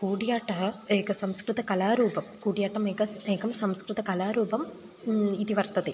कूडियाट्टः एकं संस्कृतकलारूपं कूडियाट्टम् एकम् एकं संस्कृतकलारूपम् इति वर्तते